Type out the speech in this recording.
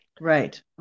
Right